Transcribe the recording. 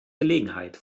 gelegenheit